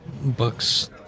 books